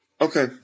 Okay